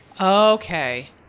okay